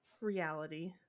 reality